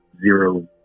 zero